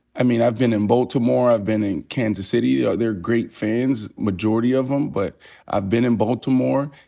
i mean, i've been in baltimore. i've been in kansas city. yeah they're great fans, majority of em. but i've been in baltimore,